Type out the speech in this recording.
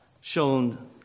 shown